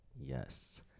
yes